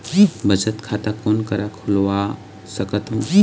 बचत खाता कोन करा खुलवा सकथौं?